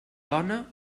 dona